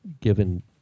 given